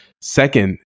second